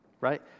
right